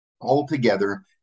Altogether